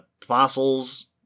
Fossils